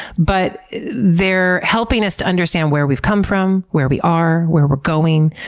but they're helping us to understand where we've come from, where we are, where we're going.